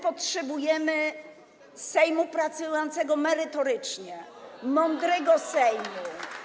Potrzebujemy Sejmu pracującego merytorycznie, mądrego Sejmu,